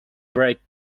brake